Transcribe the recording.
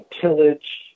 tillage